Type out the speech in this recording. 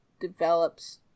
develops